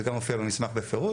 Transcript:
זה גם מופיע במסמך בפירוט.